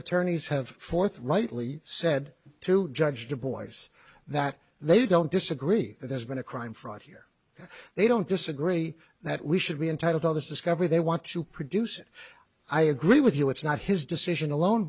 attorneys have forthrightly said to judge the boys that they don't disagree that there's been a crime fraud here and they don't disagree that we should be entitled on this discovery they want to produce i agree with you it's not his decision alone